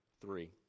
three